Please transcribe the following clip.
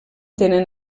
tenen